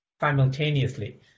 simultaneously